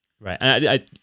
Right